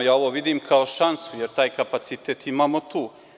Ja ovo vidim kao šansu, jer taj kapacitet imamo tu.